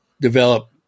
develop